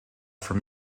from